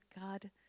God